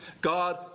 God